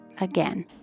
again